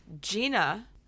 Gina